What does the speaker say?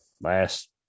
last